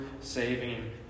saving